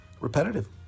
Repetitive